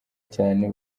cyane